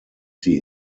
sie